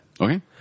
Okay